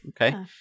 Okay